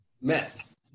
mess